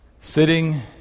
sitting